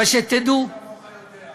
אבל שתדעו, מי כמוך יודע.